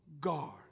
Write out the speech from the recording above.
guard